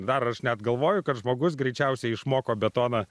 dar aš net galvoju kad žmogus greičiausiai išmoko betoną